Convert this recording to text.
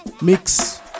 mix